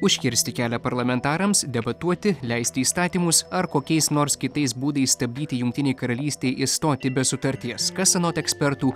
užkirsti kelią parlamentarams debatuoti leisti įstatymus ar kokiais nors kitais būdais stabdyti jungtinei karalystei išstoti be sutarties kas anot ekspertų